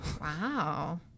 wow